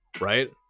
Right